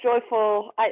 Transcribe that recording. joyful